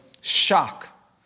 shock